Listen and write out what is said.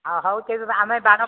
ହଁ ହଉ ତେବେ ଆମେ ବାଣପୁର